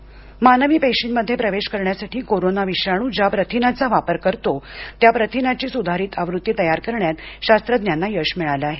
कोरोनाप्रोटीन मानवी पेशींमध्ये प्रवेश करण्यासाठी कोरोना विषाणू ज्या प्रथिनाचा वापर करतो त्या प्रथिनाची सुधारित आवृत्ती तयार करण्यात शास्त्रज्ञांना यश मिळालं आहे